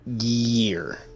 year